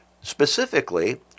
Specifically